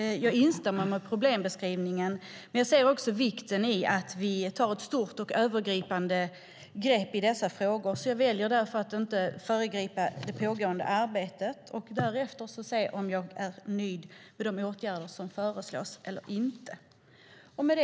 Jag instämmer i problembeskrivningen, men jag ser också vikten av att vi tar ett stort och övergripande grepp i dessa frågor. Jag väljer därför att inte föregripa det pågående arbetet för att därefter se om jag är nöjd med de åtgärder som föreslås eller inte.